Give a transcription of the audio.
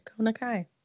Konakai